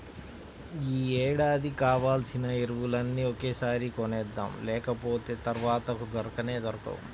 యీ ఏడాదికి కావాల్సిన ఎరువులన్నీ ఒకేసారి కొనేద్దాం, లేకపోతె తర్వాత దొరకనే దొరకవు